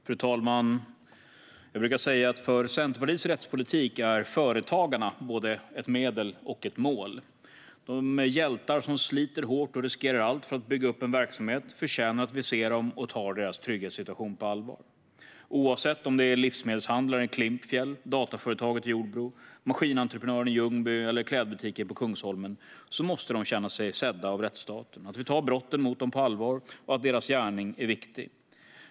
Fru talman! Jag brukar säga att för Centerpartiets rättspolitik är företagarna både ett medel och ett mål. De hjältar som sliter hårt och riskerar allt för att bygga upp en verksamhet förtjänar att vi ser dem och tar deras trygghetssituation på allvar. Oavsett om det är livsmedelshandlaren i Klimpfjäll, dataföretaget i Jordbro, maskinentreprenören i Ljungby eller klädbutiken på Kungsholmen måste de känna sig sedda av rättsstaten. De måste känna att vi tar brotten mot dem på allvar och att deras gärning är viktig.